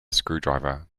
screwdriver